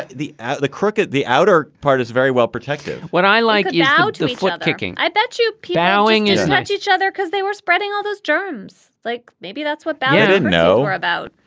the at the crooked the outer part is very well protected. what i like now the flip kicking. i bet you plowing is not each other because they were spreading all those germs like maybe that's what bat didn't know about.